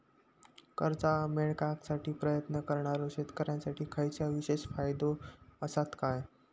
कर्जा मेळाकसाठी प्रयत्न करणारो शेतकऱ्यांसाठी खयच्या विशेष फायदो असात काय?